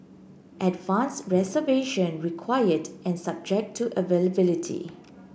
advanced reservation required and subject to availability